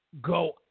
go